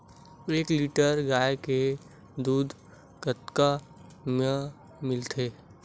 एक लीटर गाय के दुध कतका म मिलथे?